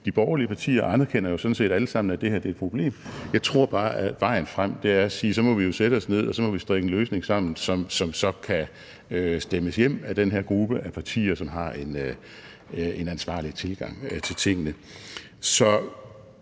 de borgerlige partier anerkender jo sådan set alle sammen, at det her er et problem, men jeg tror bare, at vejen frem er at sige, at vi jo må sætte os ned og strikke en løsning sammen, som så kan stemmes hjem af den her gruppe af partier, som har en ansvarlig tilgang til tingene.